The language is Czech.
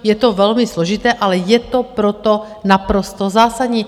Je to velmi složité, ale je to proto naprosto zásadní.